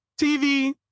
TV